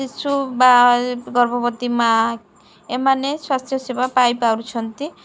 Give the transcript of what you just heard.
ଶିଶୁ ବା ଗର୍ଭବତୀ ମାଆ ଏମାନେ ସ୍ୱାସ୍ଥ୍ୟ ସେବା ପାଇପାରୁଛନ୍ତି